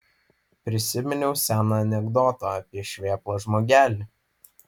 prisiminiau seną anekdotą apie šveplą žmogelį